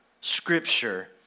Scripture